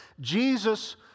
Jesus